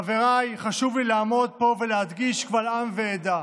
חבריי, חשוב לי לעמוד פה ולהדגיש קבל עם ועדה: